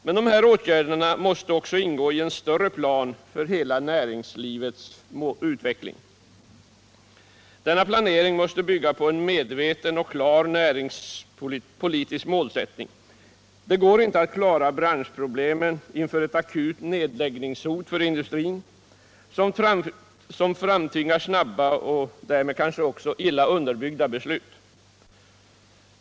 Men dessa åtgärder måste ingå i en större plan för hela näringslivets utveckling. Denna planering måste bygga på en medveten och klar näringspolitisk målsättning. Det går inte att klara branschproblemen inför ett akut nedläggningshot för industrin, vilket framtvingar snabba, och därmed kanske också illa underbyggda, beslut.